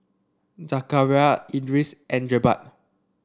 Zakaria Idris and Jebat